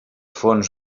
fonts